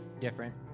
different